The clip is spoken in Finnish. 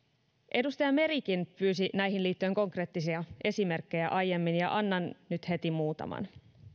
edustaja merikin pyysi näihin liittyen konkreettisia esimerkkejä aiemmin ja annan nyt heti muutaman